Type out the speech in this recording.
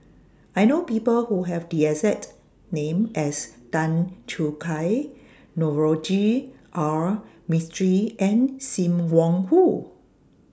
I know People Who Have The exact name as Tan Choo Kai Navroji R Mistri and SIM Wong Hoo